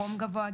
חום גבוה,